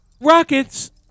Rockets